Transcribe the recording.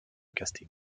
casting